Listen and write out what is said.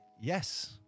Yes